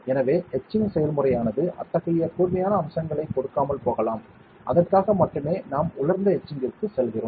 எனவே எட்சிங் செயல்முறையானது அத்தகைய கூர்மையான அம்சங்களைக் கொடுக்காமல் போகலாம் அதற்காக மட்டுமே நாம் உலர்ந்த எட்சிங்ற்கு செல்கிறோம்